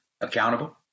accountable